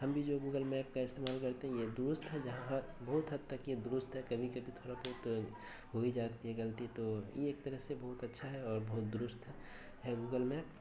ہم بھی جو ہے گوگل میپ کا استعمال کرتے ہی ہیں درست ہے جہاں بہت حد تک یہ درست ہے کبھی کبھی تھوڑا بہت ہو ہی جاتی ہے غلطی تو یہ ایک طرح سے بہت اچھا ہے اور بہت درست ہے ہے گوگل میپ